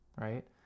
Right